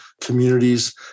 communities